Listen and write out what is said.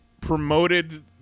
promoted